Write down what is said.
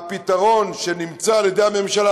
הפתרון שנמצא על-ידי הממשלה,